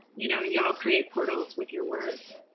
you know, ya'll create portals with your words.